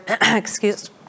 excuse